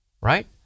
right